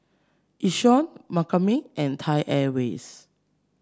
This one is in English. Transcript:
Yishion McCormick and Thai Airways